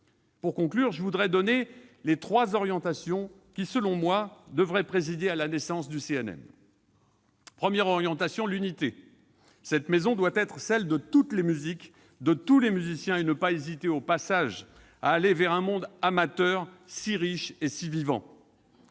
Pour conclure, je voudrais donner les trois orientations qui, selon moi, devraient présider à la naissance du CNM. Première orientation : l'unité. Cette maison doit être celle de toutes les musiques, de tous les musiciens, et ne pas hésiter au passage à aller vers un monde amateur si riche et vivant.